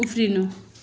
उफ्रिनु